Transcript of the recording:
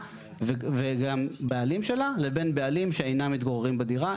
וגם בעלים שלה לבין בעלים שאינם מתגוררים בדירה,